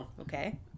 Okay